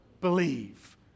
believe